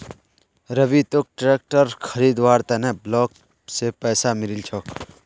रवि तोक ट्रैक्टर खरीदवार त न ब्लॉक स पैसा मिलील छोक